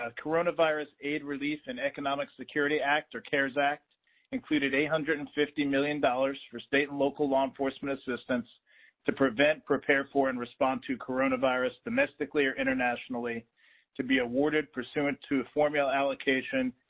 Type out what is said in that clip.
ah coronavirus aid relief and economic security act or cares act included eight hundred and fifty million dollars for state and local law enforcement assistance to prevent, prepare for and respond to coronavirus domestically or internationally to be awarded pursuant to a formula allocation.